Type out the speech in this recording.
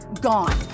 gone